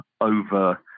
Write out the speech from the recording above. over